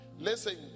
listen